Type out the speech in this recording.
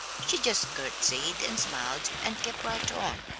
she just curtsied and smiled and kept right on,